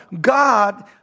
God